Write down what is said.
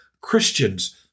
Christians